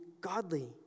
godly